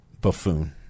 buffoon